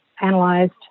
analyzed